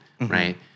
right